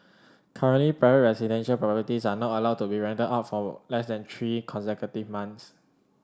currently private residential properties are not allowed to be rented out for less than three consecutive months